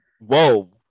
Whoa